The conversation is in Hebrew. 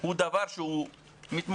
הוא דבר שהוא מתמשך,